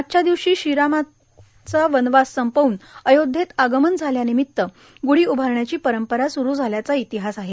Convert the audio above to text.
आजच्या दिवशी श्रीरामांचं वनवास संपवून अयोध्येत आगमन झाल्या निमित्त ग्ढी उभारण्याची परंपरा स्रू झाल्याचा इतिहास आहे